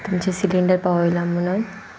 तुमचें सिलींडर पावयला म्हणून